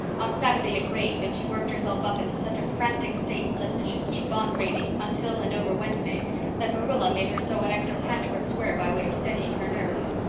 on saturday it rained and she worked herself up into such a frantic state lest it should keep on raining until and over wednesday that marilla made her sew an extra patchwork square by way of steadying her nerves.